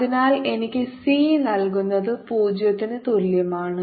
അതിനാൽ എനിക്ക് സി നൽകുന്നത് 0 ന് തുല്യമാണ്